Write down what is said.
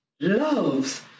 loves